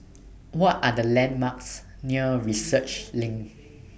What Are The landmarks near Research LINK